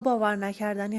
باورنکردنی